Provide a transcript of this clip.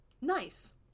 Nice